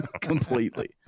completely